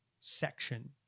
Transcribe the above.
section